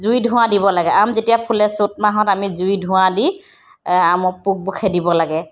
জুই ধোঁৱা দিব লাগে আম যেতিয়া ফুলে চ'ত মাহত আমি জুই ধোঁৱা দি আমৰ পোকবোৰ খেদিব লাগে